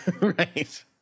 Right